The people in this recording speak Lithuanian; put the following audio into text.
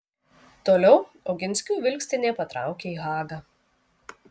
toliau oginskių vilkstinė patraukė į hagą